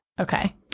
Okay